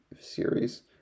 series